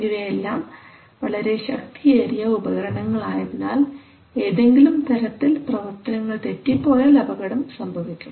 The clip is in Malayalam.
ഇവയെല്ലാം വളരെ ശക്തിയേറിയ ഉപകരണങ്ങൾ ആയതിനാൽ ഏതെങ്കിലും തരത്തിൽ പ്രവർത്തനങ്ങൾ തെറ്റിപ്പോയാൽ അപകടം സംഭവിക്കും